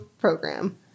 program